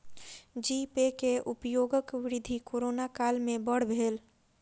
जी pay के उपयोगक वृद्धि कोरोना काल में बड़ भेल